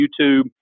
YouTube